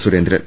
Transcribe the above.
Surendran